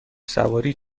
سواری